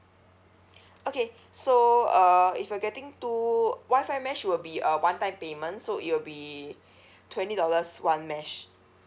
okay so uh if you're getting two WI-FI mesh will be uh one time payments so it will be twenty dollars one mesh